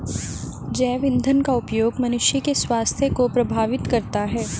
जैव ईंधन का उपयोग मनुष्य के स्वास्थ्य को प्रभावित करता है